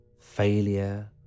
failure